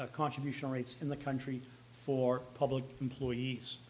highest contribution rates in the country for public employees